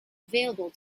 available